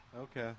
okay